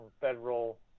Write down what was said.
federal